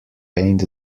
paint